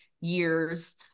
years